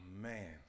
man